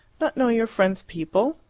not know your friends' people?